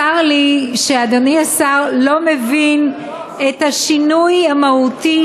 צר לי שאדוני השר לא מבין את השינוי המהותי